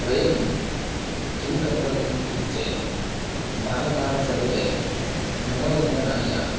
वयं किं कर्तव्यम् इति चेत् बालकाः सर्वे मनोरञ्जनाय